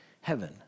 heaven